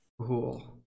Cool